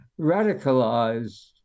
radicalized